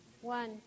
one